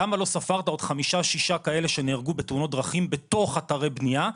למה לא ספרת עוד חמישה-שישה כאלה שנהרגו בתאונות דרכים בתוך אתרי בנייה,